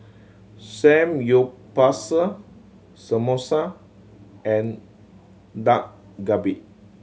Samgyeopsal Samosa and Dak Galbi